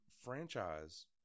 franchise